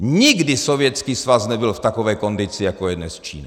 Nikdy Sovětský svaz nebyl v takové kondici, jako je dnes Čína.